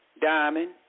Diamond